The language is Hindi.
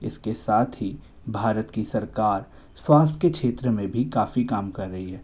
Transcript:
इसके साथ ही भारत की सरकार स्वास्थ्य के क्षेत्र में भी काफ़ी काम कर रही है